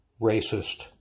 racist